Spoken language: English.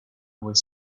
was